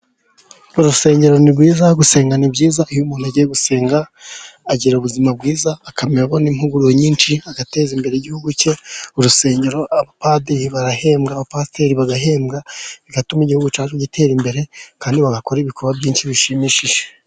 Urusengero ni rwiza gusenga ni byiza. Iyo umuntu agiye gusenga agira ubuzima bwiza, akabona impanuro nyinshi agateza imbere igihugu cye. Urusengero abapadiri barahembwa, abapasiteri bagahembwa, bigatuma igihugu cyacu gitera imbere, kandi bagakora ibikorwa byinshi bishimishije.